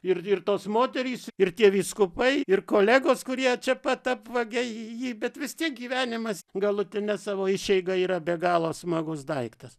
ir ir tos moterys ir tie vyskupai ir kolegos kurie čia pat apvagia jį bet vis tiek gyvenimas galutine savo išeiga yra be galo smagus daiktas